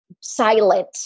silent